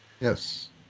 Yes